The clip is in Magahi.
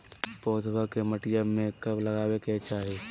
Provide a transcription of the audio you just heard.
पौधवा के मटिया में कब लगाबे के चाही?